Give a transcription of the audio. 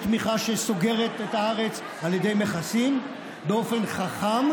מתמיכה שסוגרת את הארץ על ידי מכסים באופן חכם,